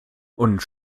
und